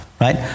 right